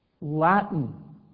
Latin